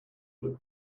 bullet